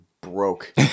broke